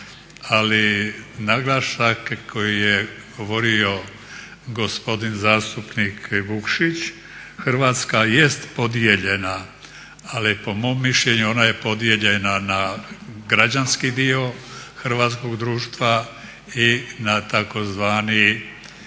Ali naglasak koji je govorio gospodin zastupnik Vukšić Hrvatska jest podijeljena ali po mom mišljenju ona je podijeljena na građanski dio hrvatskog društva i na tzv.